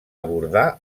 abordar